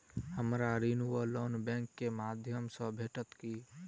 हमरा ऋण वा लोन बैंक केँ माध्यम सँ भेटत की?